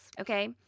okay